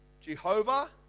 Jehovah